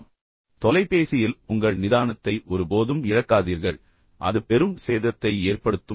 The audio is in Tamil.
குறிப்பாக தொலைபேசியில் உங்கள் நிதானத்தை ஒருபோதும் இழக்காதீர்கள் ஏனெனில் அது பெரும் சேதத்தை ஏற்படுத்தும்